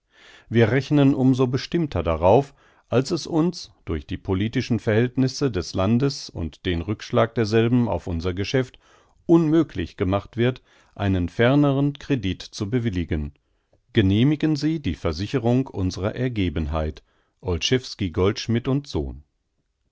wir rechnen um so bestimmter darauf als es uns durch die politischen verhältnisse des landes und den rückschlag derselben auf unser geschäft unmöglich gemacht wird einen ferneren kredit zu bewilligen genehmigen sie die versicherung unserer ergebenheit olszewski goldschmidt sohn